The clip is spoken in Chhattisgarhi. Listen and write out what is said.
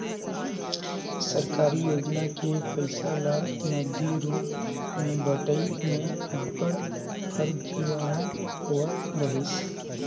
सरकारी योजना के पइसा ल नगदी रूप में बंटई में अब्बड़ फरजीवाड़ा होवत रहिस